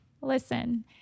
listen